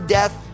death